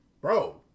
bro